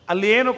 Alieno